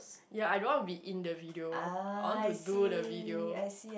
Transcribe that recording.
ya I don't want to be in the video I want to do the video